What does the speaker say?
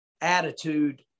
attitude